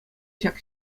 ҫак